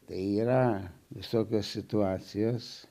tai yra visokios situacijos